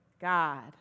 God